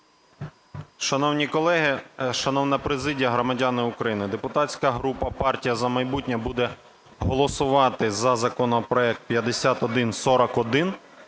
Шановні колеги, шановна президія, громадяни України! Депутатська група "Партія "За майбутнє" буде голосувати за законопроект 5141.